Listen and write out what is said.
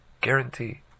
Guarantee